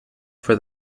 for